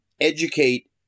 educate